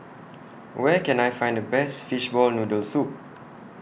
Where Can I Find The Best Fishball Noodle Soup